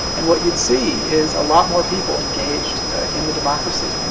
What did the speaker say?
and what you'd see is a lot more people engaged in the democracy